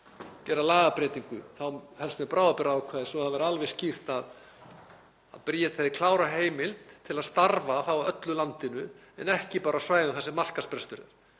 gera lagabreytingu, þá helst með bráðabirgðaákvæði, svo það væri alveg skýrt að Bríet hefði klára heimild til að starfa á öllu landinu en ekki bara á svæðum þar sem markaðsbrestur